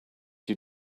you